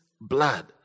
blood